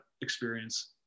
experience